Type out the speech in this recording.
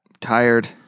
tired